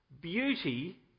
Beauty